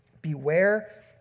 Beware